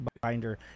binder